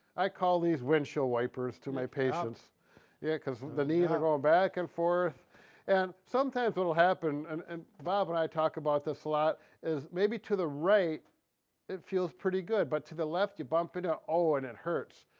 i call these windshield wipers to my patients yeah, cuz the knees are going back and forth and sometimes it'll happen and and bob and i talk about this a lot is maybe to the right it feels pretty good, but to the left you bump into it ah ah and it hurts.